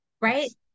right